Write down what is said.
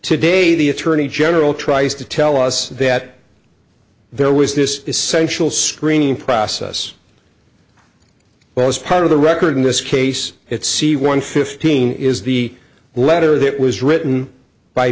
today the attorney general tries to tell us that there was this essentially screening process well as part of the record in this case it's see one fifteen is the letter that was written by